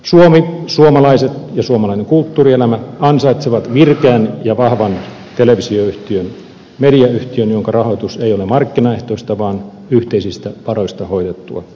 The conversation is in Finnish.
suomi suomalaiset ja suomalainen kulttuurielämä ansaitsevat virkeän ja vahvan televisioyhtiön mediayhtiön jonka rahoitus ei ole markkinaehtoista vaan yhteisistä varoista hoidettua